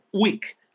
week